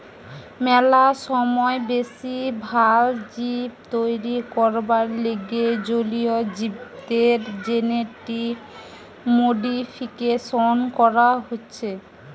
ম্যালা সময় বেশি ভাল জীব তৈরী করবার লিগে জলীয় জীবদের জেনেটিক মডিফিকেশন করা হতিছে